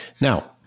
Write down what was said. Now